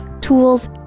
tools